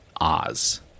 Oz